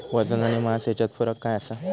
वजन आणि मास हेच्यात फरक काय आसा?